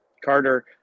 carter